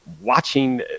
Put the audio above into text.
watching